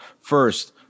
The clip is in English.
first